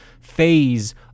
phase